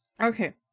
okay